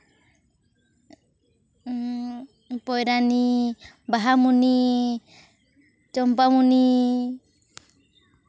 Poyrani Bahamoni Champamoni